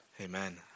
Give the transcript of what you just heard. Amen